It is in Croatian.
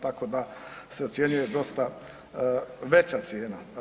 Tako da se ocjenjuje dosta veća cijena.